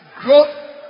growth